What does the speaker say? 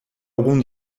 algum